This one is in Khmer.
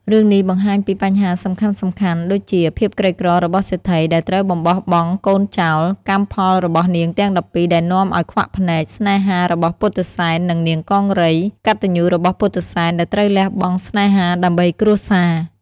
រឿងនេះបង្ហាញពីបញ្ហាសំខាន់ៗដូចជា ភាពក្រីក្ររបស់សេដ្ឋីដែលត្រូវបំបរបង់កូនចោល កម្មផលរបស់នាងទាំង១២ដែលនាំឲ្យខ្វាក់ភ្នែក ស្នេហារបស់ពុទ្ធិសែន និងនាងកង្រី កត្តញ្ញូរបស់ពុទ្ធិសែនដែលត្រូវលះបង់ស្នេហាដើម្បីគ្រួសារ។